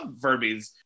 Verbies